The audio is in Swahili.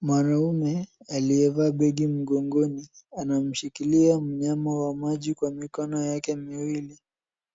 Mwanaume aliyevaa begi mgongoni anamshikilia mnyama wa maji kwa mikono yake miwili